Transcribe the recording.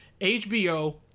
HBO